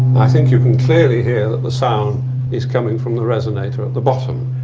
i think you can clearly hear that the sound is coming from the resonator at the bottom.